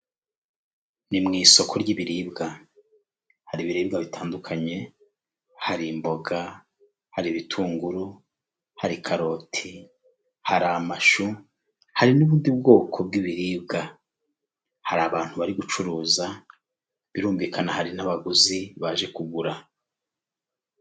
Ni mu isoko ry'ibiribwa, hari ibiribwa bitandukanye, hari imboga, hari ibitunguru, hari karoti hari amashu, hari n'ubundi bwoko bw'ibiribwa. Hari abantu bari gucuruza birumvikana hari n'abaguzi baje kugura.